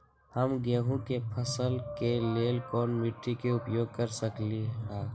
हम गेंहू के फसल के लेल कोन मिट्टी के उपयोग कर सकली ह?